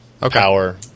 power